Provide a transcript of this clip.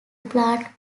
plant